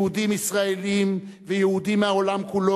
יהודים ישראלים ויהודים מהעולם כולו